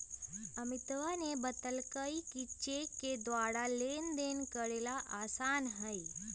अमितवा ने बतल कई कि चेक के द्वारा लेनदेन करे ला आसान हई